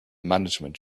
management